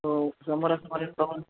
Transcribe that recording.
हो सोमवारी